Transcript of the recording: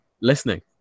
listening